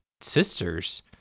sisters